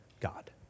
God